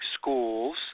schools